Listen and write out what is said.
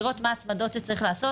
לראות מה ההצמדות שצריך לעשות.